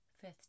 fifth